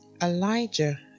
Elijah